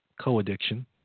co-addiction